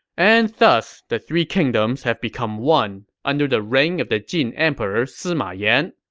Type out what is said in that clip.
and thus the three kingdoms have become one, under the reign of the jin emperor sima yan.